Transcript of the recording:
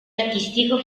artistico